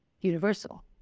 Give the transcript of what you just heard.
universal